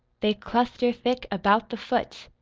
they cluster thick about the foot,